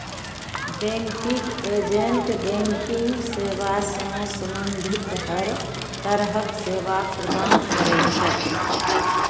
banking agent banking सेवा सं संबंधित हर तरहक सेवा प्रदान करै छै